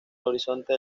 horizonte